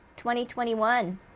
2021